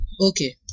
Okay